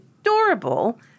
adorable